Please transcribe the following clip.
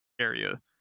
area